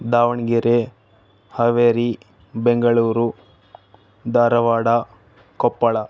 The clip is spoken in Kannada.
ದಾವಣಗೆರೆ ಹಾವೇರಿ ಬೆಂಗಳೂರು ಧಾರವಾಡ ಕೊಪ್ಪಳ